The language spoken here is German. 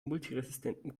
multiresistenten